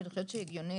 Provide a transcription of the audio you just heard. אני חושבת שהיא הגיונית.